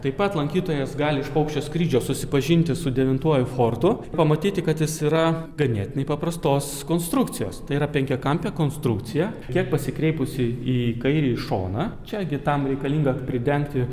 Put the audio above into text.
taip pat lankytojas gali iš paukščio skrydžio susipažinti su devintuoju fortu pamatyti kad jis yra ganėtinai paprastos konstrukcijos tai yra penkiakampė konstrukcija kiek pasikreipusi į kairį šoną čiagi tam reikalinga pridengti